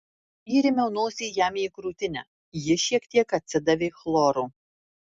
įrėmiau nosį jam į krūtinę ji šiek tiek atsidavė chloru